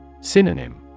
Synonym